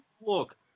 look